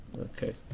Okay